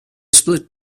split